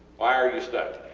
why are you stuck?